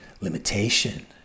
limitation